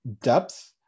depth